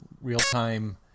real-time